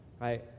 right